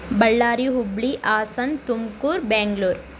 Ballari Hubballi Hassan Tumakuru Bangalore